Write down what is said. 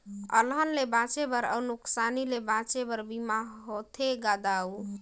अलहन ले बांचे बर अउ नुकसानी ले बांचे बर बीमा होथे गा दाऊ